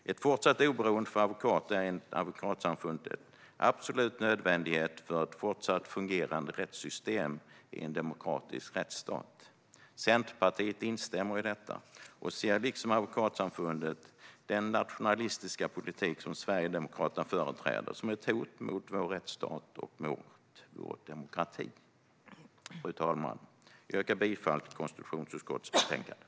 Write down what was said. Ett fortsatt oberoende för Advokatsamfundet är en absolut nödvändighet för ett fortsatt fungerande rättssystem i en demokratisk rättsstat. Centerpartiet instämmer i detta och ser liksom Advokatsamfundet den nationalistiska politik som Sverigedemokraterna företräder som ett hot mot vår rättsstat och vår demokrati. Fru talman! Jag yrkar bifall till konstitutionsutskottets förslag.